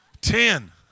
Ten